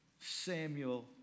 Samuel